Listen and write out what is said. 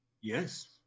Yes